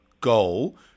goal